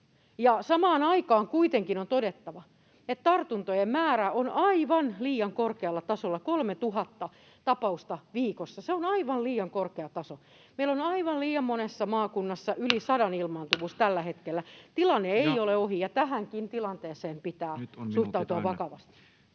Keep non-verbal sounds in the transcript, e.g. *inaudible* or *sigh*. Samaan aikaan kuitenkin on todettava, että tartuntojen määrä on aivan liian korkealla tasolla: 3 000 tapausta viikossa, se on aivan liian korkea taso. Meillä on aivan liian monessa maakunnassa yli 100:n *noise* ilmaantuvuus tällä hetkellä. Tilanne ei ole ohi, ja tähänkin tilanteeseen pitää suhtautua vakavasti.